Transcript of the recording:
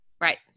right